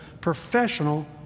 professional